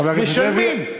משלמים.